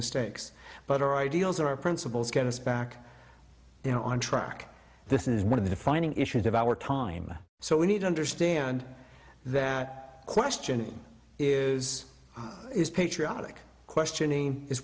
mistakes but our ideals or our principles get us back on track this is one of the finding issues of our time so we need to understand that question is patriotic questioning is